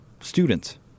students